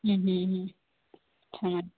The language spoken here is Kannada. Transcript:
ಹ್ಞೂ ಹ್ಞೂ ಹ್ಞೂ ಹಾಂ